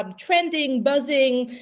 um trending, buzzing,